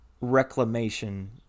reclamation